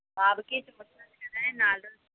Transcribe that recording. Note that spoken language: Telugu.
బాబుకి నాలుగు రోజులు